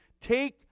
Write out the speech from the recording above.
Take